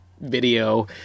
video